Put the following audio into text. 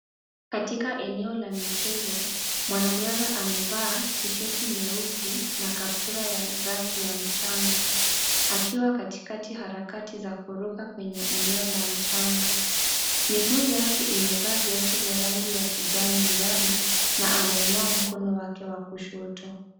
Katika eneo la michezo, mwanariadha amevaa tsheti nyeusi na kaputura ya rangi ya mchanga akiwa katikati ya harakati za kuruka kwenye eneo la mchanga. Miguu imevaa viatu vya rangi ya kijani njano na anainua mkono wake wa kushoto.